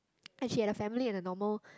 and she had a family and a normal